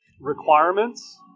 requirements